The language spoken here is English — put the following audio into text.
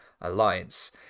Alliance